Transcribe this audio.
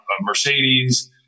Mercedes